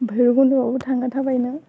भैरबखन्डआवबो थाङो थाबायनो